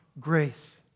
grace